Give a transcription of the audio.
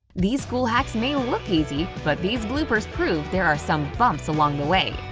these school hacks may look easy, but these bloopers prove there are some bumps along the way!